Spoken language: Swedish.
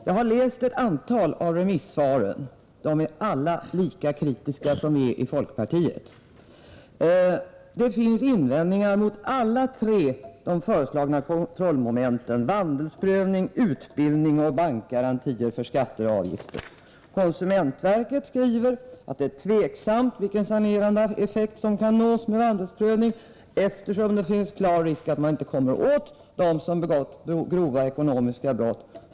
Jag har läst ett antal av remissvaren, och alla är de lika kritiska som vi i folkpartiet är. Invändningar kan göras mot alla tre kontrollmoment som föreslagits. Det gäller då vandelsprövning, utbildning och ekonomiska garantier för skatter och avgifter. Konsumentverket skriver att det är tveksamt vilken sanerande effekt som kan nås med vandelsprövning, eftersom det finns en klar risk att man inte kommer åt dem som begått de grova ekonomiska brotten.